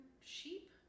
sheep